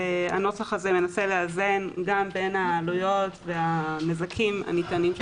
הנוסח הזה מנסה לאזן גם בין העלויות והנזקים של